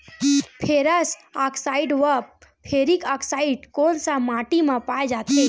Ferrous oxide व ferric oxide कोन सा माटी म पाय जाथे?